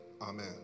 Amen